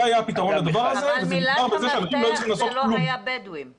זה היה הפתרון לדבר הזה וזה נסגר בזה שאנשים לא היו צריכים לעשות כלום.